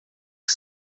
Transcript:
que